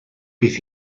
bydd